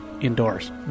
indoors